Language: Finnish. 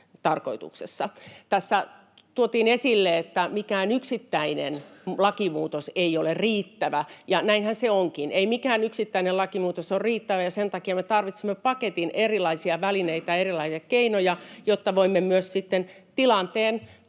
Tässä tuotiin esille, että mikään yksittäinen lakimuutos ei ole riittävä, ja näinhän se onkin. Ei mikään yksittäinen lakimuutos ole riittävä, ja sen takia me tarvitsemme paketin erilaisia välineitä ja erilaisia keinoja, jotta voimme myös sitten